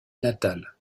natale